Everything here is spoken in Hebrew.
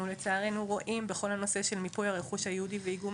אנחנו לצערנו רואים בכל הנושא של מיפוי הרכוש היהודי ואיגום